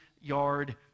yard